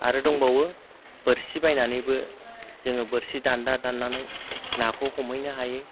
आरो दंबावो बोरसि बायनानैबो जोङो बोरसि दान्दा दान्नानै नाखौ हमहैनो हायो